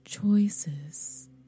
Choices